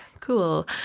Cool